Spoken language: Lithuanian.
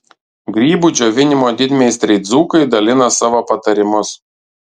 grybų džiovinimo didmeistriai dzūkai dalina savo patarimus